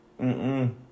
Mm-mm